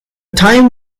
time